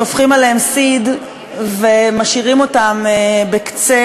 שופכים עליהם סיד ומשאירים אותם בקצה